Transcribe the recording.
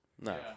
No